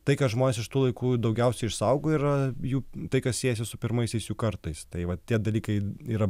tai ką žmonės iš tų laikų daugiausiai išsaugo yra jų tai kas siejasi su pirmaisiais jų kartais tai vat tie dalykai yra